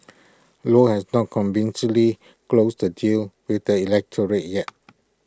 low has not convincingly closed the deal with the electorate yet